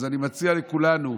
אז אני מציע לכולנו,